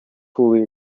fully